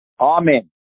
Amen